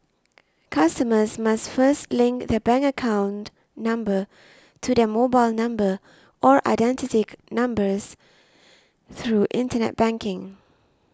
customers must first link their bank account number to their mobile number or identity numbers through Internet banking